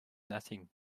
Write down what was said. nothing